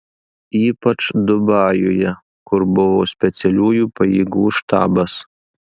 ypač dubajuje kur buvo specialiųjų pajėgų štabas